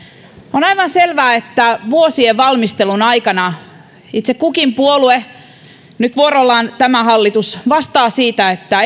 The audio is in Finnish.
on aivan selvää että vuosien valmistelun aikana itse kukin puolue nyt vuorollaan tämä hallitus vastaa siitä että